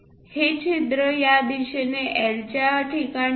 हे छिद्र या दिशेने L च्या ठिकाणी आहे